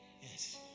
Yes